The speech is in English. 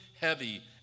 heavy